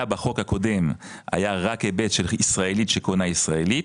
בחוק הקודם היה רק היבט של ישראלית שקונה ישראלית.